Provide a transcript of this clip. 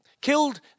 killed